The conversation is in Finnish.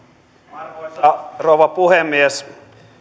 arvoisa rouva puhemies